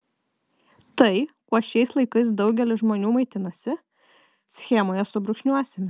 tai kuo šiais laikais daugelis žmonių maitinasi schemoje subrūkšniuosime